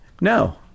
No